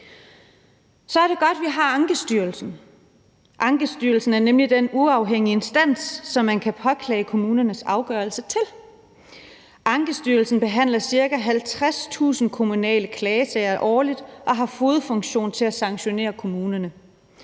Så er det godt, vi har Ankestyrelsen. Ankestyrelsen er nemlig den uafhængige instans, som man kan påklage kommunernes afgørelser til. Ankestyrelsen behandler ca. 50.000 kommunale klagesager årligt og har fogedfunktion, så de kan sanktionere kommunerne.